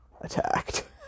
Attacked